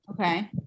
Okay